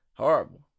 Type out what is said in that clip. Horrible